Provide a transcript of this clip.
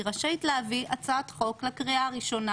היא רשאית להביא הצעת חוק לקריאה הראשונה